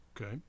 Okay